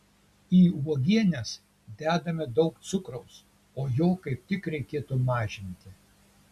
į uogienes dedame daug cukraus o jo kaip tik reikėtų mažinti